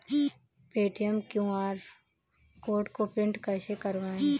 Paytm के QR code को print कैसे करवाएँ?